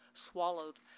swallowed